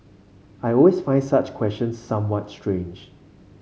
I always find such questions somewhat strange